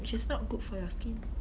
which is not good for your skin